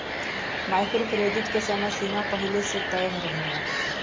micro credit के समय सीमा पहिले से तय रहेला